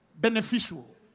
beneficial